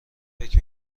فکر